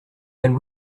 then